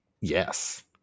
yes